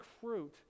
fruit